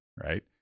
right